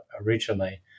originally